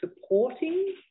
supporting